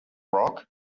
rock